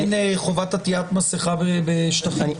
אין חובת עטיית מסכה בשטחים פתוחים.